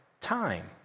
time